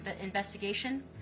investigation